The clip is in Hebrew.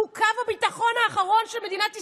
הוא קו הביטחון האחרון של מדינת ישראל.